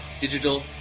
digital